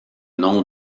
nom